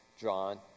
John